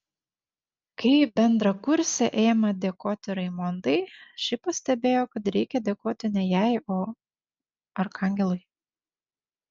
kai bendrakursė ėmė dėkoti raimondai ši pastebėjo kad reikia dėkoti ne jai o arkangelui